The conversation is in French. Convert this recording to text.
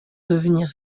devenir